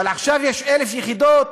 אבל עכשיו יש 1,000 יחידות